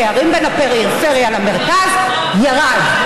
פערים בין הפריפריה למרכז, ירד,